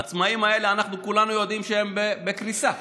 העצמאים האלה, כולנו יודעים שהם בקריסה.